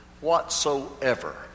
whatsoever